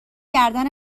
گردن